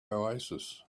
oasis